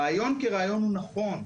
הרעיון כרעיון הוא נכון,